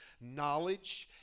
knowledge